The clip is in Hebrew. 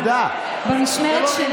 מדובר בעבודות הנעשות במקום לצורך הרחבת כביש